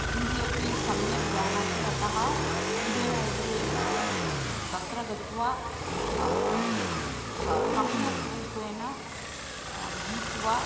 हिन्दी अपि सम्यक् जानाति अतः इण्डियन् ऐडल् तत्र गत्वा स सम्यक् रूपेण गीत्वा